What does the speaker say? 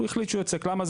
הוא החליט שהוא יוצק, למה?